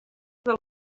del